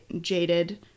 jaded